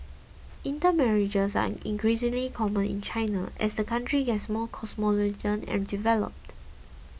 intermarriages are increasingly common in China as the country more cosmopolitan and developed